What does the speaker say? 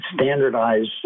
standardized